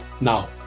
now